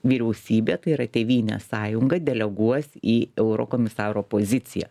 vyriausybė tai yra tėvynės sąjunga deleguos į eurokomisaro poziciją